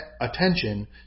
attention